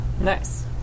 Nice